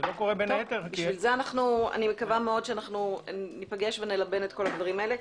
לכן אני מקווה שניפגש ונלבן את כל הדברים האלה.